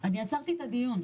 אני עצרתי את הדיון.